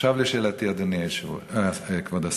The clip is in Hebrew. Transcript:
עכשיו לשאלותי, כבוד השר,